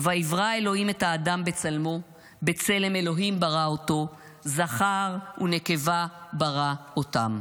"ויברא ה' את האדם בצלמו בצלם ה' ברא אתו זכר ונקבה ברא אתם"